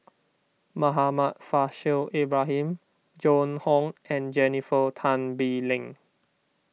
Muhammad Faishal Ibrahim Joan Hon and Jennifer Tan Bee Leng